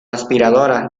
aspiradora